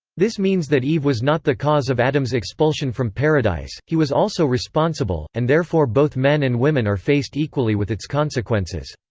this means that eve was not the cause of adam's expulsion from paradise he was also responsible, and therefore both men and women are faced equally with its consequences.